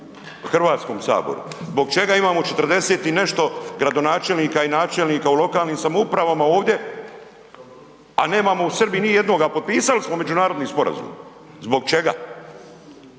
Hrvatskom saboru? Zbog čega imamo 40 i nešto gradonačelnika i načelnika u lokalnim samoupravama ovdje a nemamo u Srbiji nijednoga, potpisali smo međunarodni sporazum. Zbog čega?